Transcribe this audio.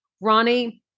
Ronnie